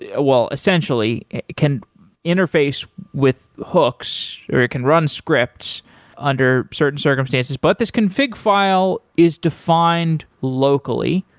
ah well essentially, it can interface with hooks, or it can run scripts under certain circumstances, but this config file is defined locally.